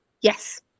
Yes